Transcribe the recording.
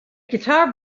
guitar